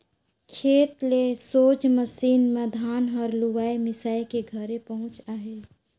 खेते ले सोझ मसीन मे धान हर लुवाए मिसाए के घरे पहुचत अहे